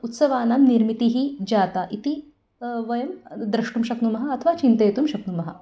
उत्सवानां निर्मितिः जाता इति वयं द्रष्टुं शक्नुमः अथवा चिन्तयितुं शक्नुमः